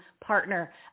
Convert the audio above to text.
Partner